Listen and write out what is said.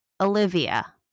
Olivia